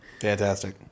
Fantastic